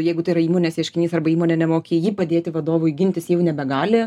jeigu tai yra įmonės ieškinys arba įmonė nemoki ji padėti vadovui gintis jau nebegali